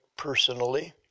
personally